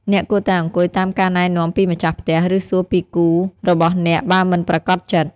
អ្នកគួរតែអង្គុយតាមការណែនាំពីម្ចាស់ផ្ទះ ឬសួរពីគូររបស់អ្នកបើមិនប្រាកដចិត្ត។